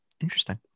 Interesting